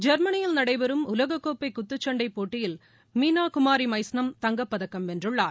ஜெர்மனியில் நடைபெறும் உலகக்கோப்பைகுத்துச்சண்டைபோட்டியில் மீனாகுமாரிமைஸ்னம் தங்கப்பதக்கம் வென்றுள்ளார்